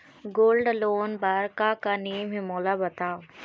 Gold loan बार का का नेम हे, मोला बताव?